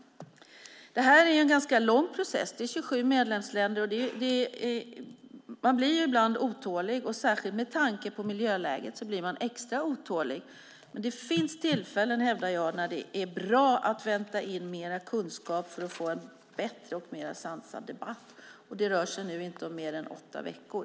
Det är en lång process. Det är 27 medlemsländer. Man blir ibland otålig. Särskilt med tanke på miljöläget blir man extra otålig. Men jag hävdar att det finns tillfällen när det är bra att vänta in mer kunskap för att få en bättre och mer sansad debatt. Det rör sig nu om inte mer än åtta veckor.